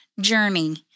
journey